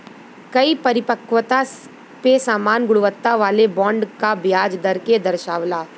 कई परिपक्वता पे समान गुणवत्ता वाले बॉन्ड क ब्याज दर के दर्शावला